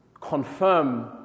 confirm